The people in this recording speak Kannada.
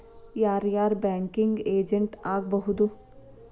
ಯಾರ್ ಯಾರ್ ಬ್ಯಾಂಕಿಂಗ್ ಏಜೆಂಟ್ ಆಗ್ಬಹುದು?